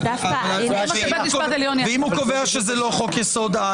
ואם הוא קובע שזה לא חוק יסוד?